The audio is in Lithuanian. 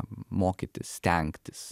mokytis stengtis